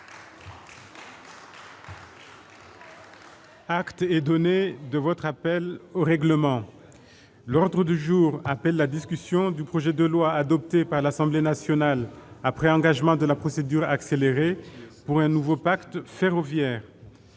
vous est donné de votre rappel au règlement, ma chère collègue. L'ordre du jour appelle la discussion du projet de loi, adopté par l'Assemblée nationale après engagement de la procédure accélérée, pour un nouveau pacte ferroviaire